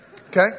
Okay